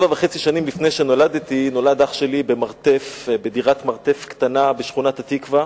7.5 שנים לפני שנולדתי נולד אחי בדירת מרתף קטנה בשכונת התקווה